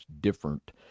different